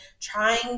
trying